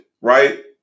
right